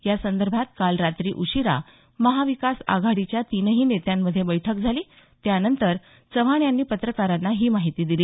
यासंदर्भात काल रात्री उशीरा महाविकास आघाडीच्या तीनही नेत्यांमध्ये बैठक झाली त्यानंतर चव्हाण यांनी पत्रकारांना ही माहिती दिली